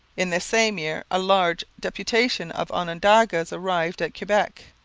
in this same year a large deputation of onondagas arrived at quebec.